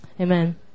amen